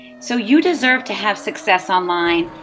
so you deserve to have success online,